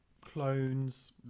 clones